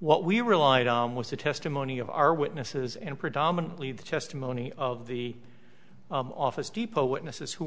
what we relied on was the testimony of our witnesses and predominantly the testimony of the office depot witnesses who were